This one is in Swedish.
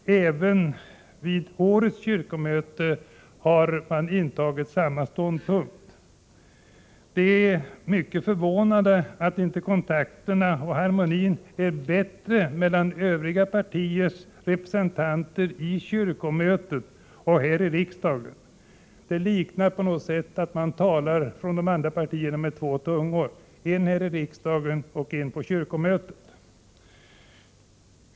Även årets kyrkomöte har intagit samma ståndpunkt. Det är mycket förvånande att inte kontakterna och harmonin är bättre mellan övriga partiers representanter i kyrkomötet och här i riksdagen. Det verkar på något sätt som att man inom de andra partierna talar med två tungor: en här i riksdagen och en på kyrkomötet.